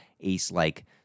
ace-like